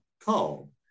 call